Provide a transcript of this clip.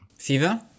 Fever